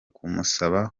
kumusaba